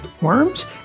worms